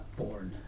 born